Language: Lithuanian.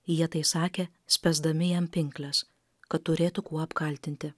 jie tai sakė spęsdami jam pinkles kad turėtų kuo apkaltinti